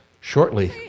shortly